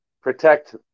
protect